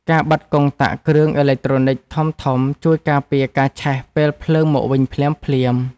ការបិទកុងតាក់គ្រឿងអេឡិចត្រូនិចធំៗ ជួយការពារការឆេះពេលភ្លើងមកវិញភ្លាមៗ។